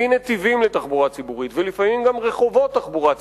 בלי נתיבים לתחבורה ציבורית ולפעמים גם רחובות לתחבורה ציבורית,